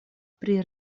pri